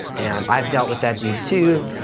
and i've dealt with that dude, too.